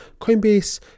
Coinbase